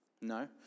No